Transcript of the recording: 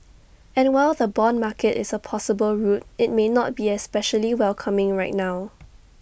and while the Bond market is A possible route IT may not be especially welcoming right now